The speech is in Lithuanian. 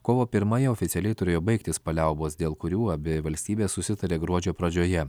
kovo pirmąją oficialiai turėjo baigtis paliaubos dėl kurių abi valstybės susitarė gruodžio pradžioje